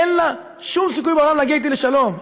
אין לה שום סיכוי בעולם להגיע איתי לשלום.